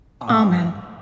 Amen